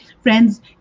Friends